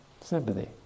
Sympathy